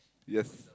yes